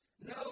No